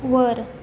वर